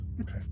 Okay